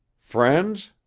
friends?